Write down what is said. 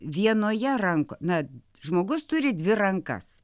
vienoje rankoj na žmogus turi dvi rankas